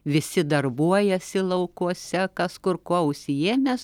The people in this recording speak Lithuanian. visi darbuojasi laukuose kas kur kuo užsiėmęs